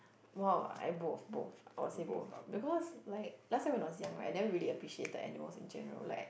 !wow! I both both I will say both because like last time when I was young right I never really appreciated animals in general like